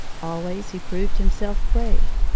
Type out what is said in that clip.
always he proved himself brave.